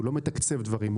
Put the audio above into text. הוא לא מתקצב דברים,